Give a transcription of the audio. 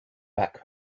back